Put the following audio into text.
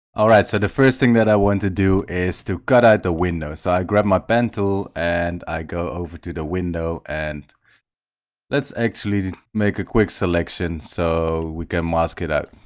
all right so the first thing that i want to do is to cut out the window so i grab my pen tool and i go over to the window and let's actually make a quick selection so we can mask it out